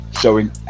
showing